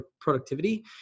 productivity